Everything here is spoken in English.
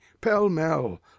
pell-mell